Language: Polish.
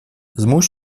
zmuś